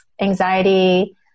anxiety